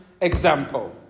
example